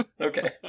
Okay